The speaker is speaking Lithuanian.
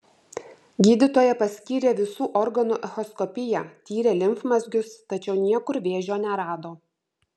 gydytoja paskyrė visų organų echoskopiją tyrė limfmazgius tačiau niekur vėžio nerado